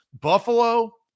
Buffalo